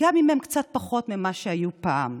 גם אם הם קצת פחות ממה שהיו פעם.